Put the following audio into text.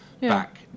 back